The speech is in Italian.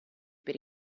per